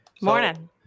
Morning